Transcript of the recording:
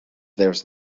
there’s